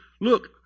look